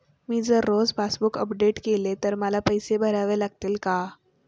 मी जर रोज passbook update केले तर मला पैसे भरावे लागतील का?